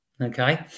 Okay